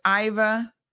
Iva